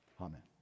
Amen